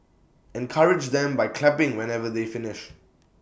encourage them by clapping whenever they finish